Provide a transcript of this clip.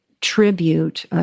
tribute